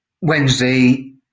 Wednesday